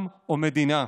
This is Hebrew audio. עם או מדינה.